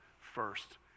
first